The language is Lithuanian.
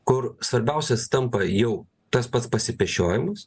kur svarbiausias tampa jau tas pats pasipešiojimas